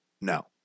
No